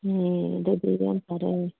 ꯑꯦ ꯑꯗꯨꯗꯤ ꯌꯥꯝ ꯐꯔꯦ